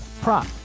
prop